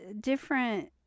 different